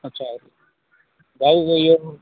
अच्छा भाई पोइ इहो